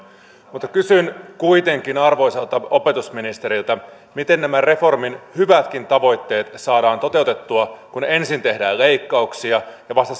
mutta kysyn kuitenkin arvoisalta opetusministeriltä miten nämä reformin hyvätkin tavoitteet saadaan toteutettua kun ensin tehdään leikkauksia ja vasta